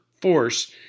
force